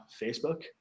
Facebook